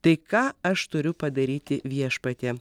tai ką aš turiu padaryti viešpatie